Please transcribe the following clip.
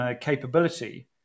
capability